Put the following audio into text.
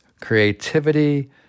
creativity